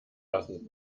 lassen